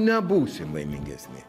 nebūsim laimingesni